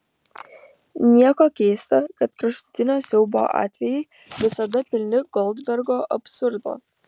nieko keista kad kraštutinio siaubo atvejai visada pilni goldbergo absurdo